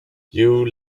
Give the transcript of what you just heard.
you